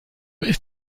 ist